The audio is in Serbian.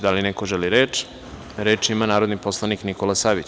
Da li neko želi reč? (Da) Reč ima narodni poslanik Nikola Savić.